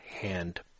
hand